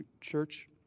church